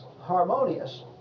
harmonious